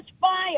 fire